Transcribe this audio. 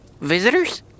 visitors